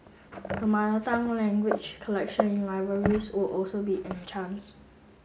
the Mother Tongue language collections in libraries will also be